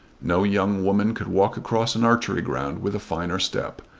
no young woman could walk across an archery ground with a finer step,